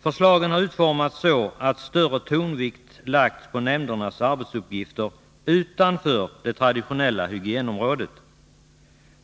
Förslagen har utformats så att större tonvikt lagts på nämndernas arbetsuppgifter utanför det traditionella hygienområdet.